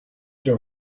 your